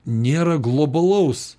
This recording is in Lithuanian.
nėra globalaus